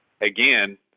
again